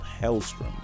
Hellstrom